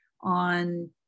on